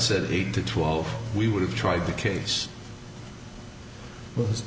said eight to twelve we would have tried the case w